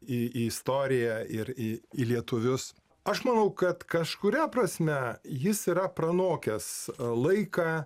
į į istoriją ir į į lietuvius aš manau kad kažkuria prasme jis yra pranokęs laiką